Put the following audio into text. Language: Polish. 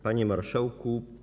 Panie Marszałku!